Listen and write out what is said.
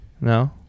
No